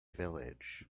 village